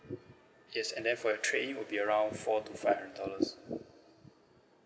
yes and then for your trade in will be around four to five hundred dollars